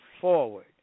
forward